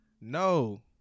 No